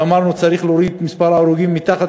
ואמרנו שצריך להוריד את מספר ההרוגים מתחת